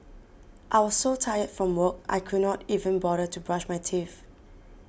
I was so tired from work I could not even bother to brush my teeth